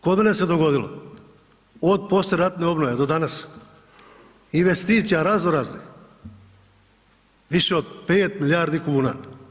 Kod mene se dogodilo od poslijeratne obnove do danas investicija razno raznih više od 5 milijardi kuna.